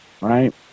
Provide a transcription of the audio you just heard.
Right